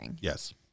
Yes